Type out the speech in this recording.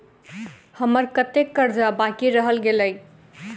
हम्मर कत्तेक कर्जा बाकी रहल गेलइ?